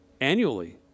annually